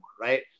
right